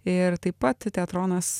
ir taip pat teatronas